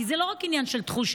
כי זה לא רק עניין של תחושה,